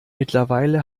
mittlerweile